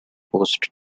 post